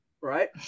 Right